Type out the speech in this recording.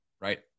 right